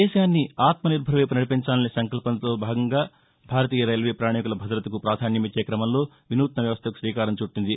దేశాన్ని ఆత్మనిర్బర్ వైపు నడిపించాలనే సంకల్పంలో భాగంగా భారతీయ రైల్వే పయాణీకుల భదతకు ప్రాధన్యతనిచ్చే క్రమంలో వినూత్న వ్యవస్థకు రీకారం చుట్టింది